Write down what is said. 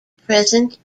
present